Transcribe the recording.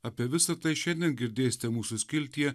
apie visa tai šiandien girdėsite mūsų skiltyje